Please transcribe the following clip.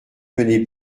venait